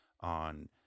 on